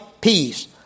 peace